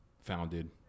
founded